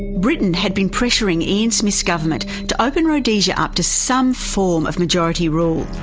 britain had been pressuring ian smith's government to open rhodesia up to some form of majority rule.